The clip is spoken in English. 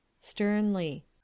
Sternly